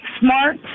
smart